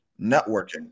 networking